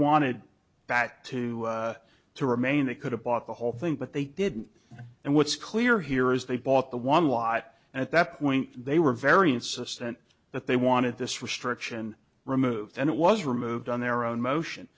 wanted that to to remain they could have bought the whole thing but they didn't and what's clear here is they bought the one lot and at that point they were very insistent that they wanted this restriction removed and it was removed on their own motion